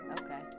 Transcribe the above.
okay